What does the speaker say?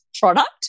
product